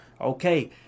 okay